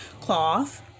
cloth